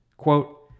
Quote